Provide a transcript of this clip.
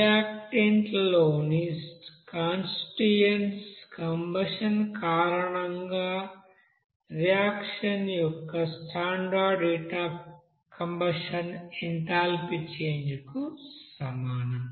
reactant లోని constituents combustion కారణంగా reactants యొక్క standard heat of combustion enthalpy change కు సమానం